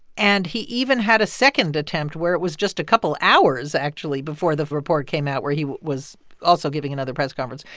and he even had a second attempt where it was just a couple hours, actually, before the report came out where he was also giving another press conference.